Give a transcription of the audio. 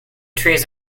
trees